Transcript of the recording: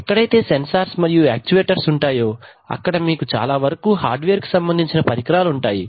ఎక్కడైతే సెన్సార్స్ మరియు యాక్చువేటర్స్ ఉంటాయో అక్కడా మీకు చాలా వరకు హార్డ్ వేర్ కు సంబందించిన పరికరాలు ఉంటాయి